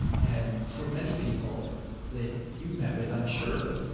and for many people that you've met with, i'm sure.